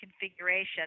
configuration